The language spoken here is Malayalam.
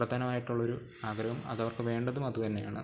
പ്രധാനമായിട്ടുള്ളൊരു ആഗ്രഹം അത് അവർക്ക് വേണ്ടതും അത് തന്നെയാണ്